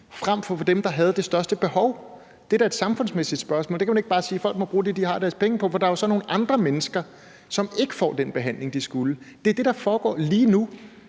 frem for på dem, der har det største behov. Det er da et samfundsmæssigt spørgsmål. Man kan da ikke bare sige, at folk må bruge deres penge på det, de vil, for der er så nogle andre mennesker, som ikke får den behandling, de skulle have. Det er det, der foregår lige nu.